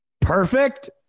perfect